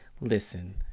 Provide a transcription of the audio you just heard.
listen